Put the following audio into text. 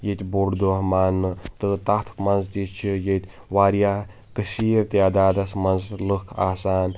ییٚتہِ بوٚڈ دۄہ ماننہٕ تہٕ تتھ منٛز تہِ چھِ ییٚتہِ واریاہ کٔثیٖر تعدادس منٛز لُکھ آسان